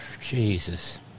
Jesus